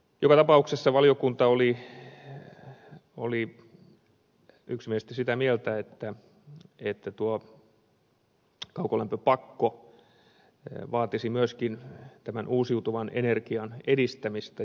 joka tapauksessa valiokunta oli yksimielisesti sitä mieltä että kaukolämpöpakko vaatisi myöskin uusiutuvan energian edistämistä